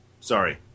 Sorry